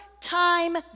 time